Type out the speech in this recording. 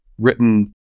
written